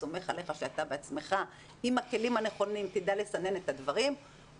סומך עליו שהוא בעצמו עם הכלים הנכונים ידע לסנן את הדברים,